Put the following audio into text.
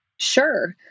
Sure